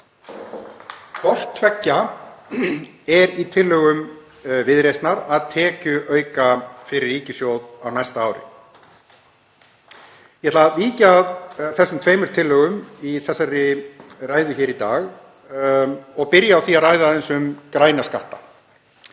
Hvort tveggja er í tillögum Viðreisnar að tekjuauka fyrir ríkissjóð á næsta ári. Ég ætla að víkja að þessum tveimur tillögum í þessari ræðu hér í dag og byrja á því að ræða aðeins um græna skatta.